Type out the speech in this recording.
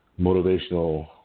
motivational